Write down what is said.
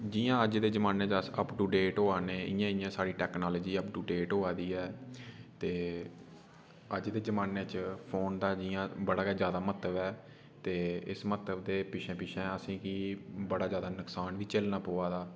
जि'यां अज्ज दे जमाने च अस अप टू डेट होआ ने इ'यां इ'यां साढ़ी टेक्नोलॉजी अप टू डेट होआ दी ऐ ते अज्ज दे जमाने च फोन दा जि'यां बड़ा गै जादा महत्व ऐ ते इस महत्व दे पिच्छें पिच्छें असें गी बड़ा जादा नुकसान बी झेल्लना प'वा दा